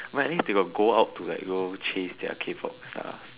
but at least they got go out to like go chase their K-pop stars